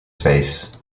face